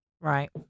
Right